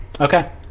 Okay